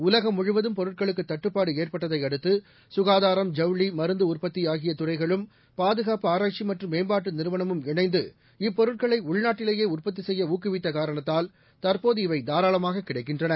உலகம் முழுவதும் பொருட்களுக்கு தட்டுப்பாடு ஏற்பட்டதை அடுத்து சுகாதாரம் ஜவுளி மருந்து உற்பத்தி ஆகிய துறைகளும் பாதுகாப்பு ஆராய்ச்சி மற்றும் மேம்பாட்டு நிறுவனமும் இணைந்து இப்பொருட்களை உள்நாட்டிலேயே உற்பத்தி செய்ய ஊக்குவித்த காரணத்தால் தற்போது இவை தாராளமாக கிடைக்கின்றன